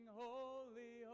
holy